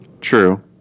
True